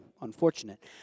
Unfortunate